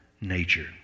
nature